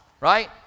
Right